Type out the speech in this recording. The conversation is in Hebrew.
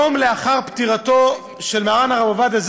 יום לאחר תאריך פטירתו של מרן הרב עובדיה,